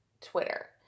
Twitter